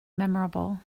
memorable